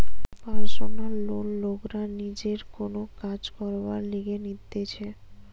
personal loan লোকরা নিজের কোন কাজ করবার লিগে নিতেছে